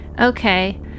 Okay